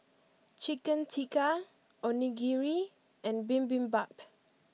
Chicken Tikka Onigiri and Bibimbap